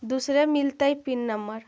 दुसरे मिलतै pin number?